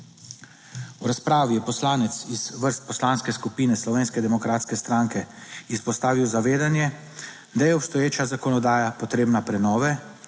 V razpravi je poslanec iz vrst Poslanske skupine Slovenske demokratske stranke izpostavil zavedanje, da je obstoječa zakonodaja potrebna prenove